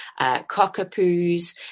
cockapoos